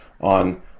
on